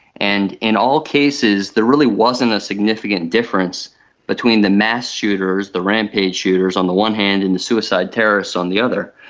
and in all cases there really wasn't a significant difference between the mass shooters, the rampage shooters on the one hand and the suicide terrorists on the other.